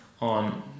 on